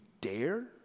dare